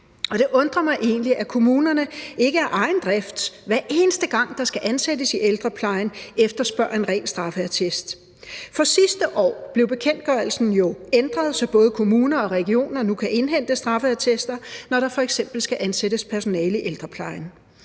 det undrer mig egentlig, at kommunerne ikke af egen drift, hver eneste gang der skal ansættes i ældreplejen, efterspørger en ren straffeattest. For sidste år blev bekendtgørelsen jo ændret, så både kommuner og regioner nu kan indhente straffeattester, når der f.eks. skal ansættes personale i ældreplejen.